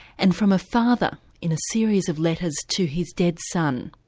and from a father in a series of letters to his dead son.